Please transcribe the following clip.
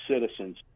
citizens